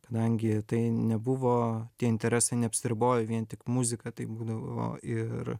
kadangi tai nebuvo tie interesai neapsiribojo vien tik muzika tai būdavo ir